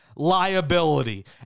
Liability